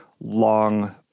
long